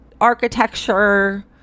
Architecture